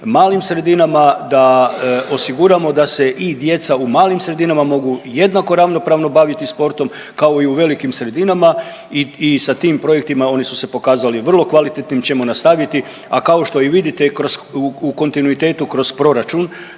malim sredinama da osiguramo da se i djeca u malim sredinama mogu jednako ravnopravno baviti sportom kao i u velikim sredinama i sa tim projektima oni su se pokazali vrlo kvalitetnim ćemo nastaviti. A kao što i vidite kroz u kontinuitetu kroz proračun